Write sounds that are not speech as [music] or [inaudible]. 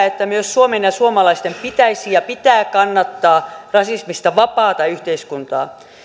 [unintelligible] että myös suomen ja suomalaisten pitäisi ja pitää kannattaa rasismista vapaata yhteiskuntaa